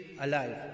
alive